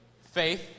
Faith